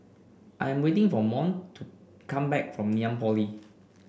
I'm waiting for Mont to come back from Ngee Ann Polytechnic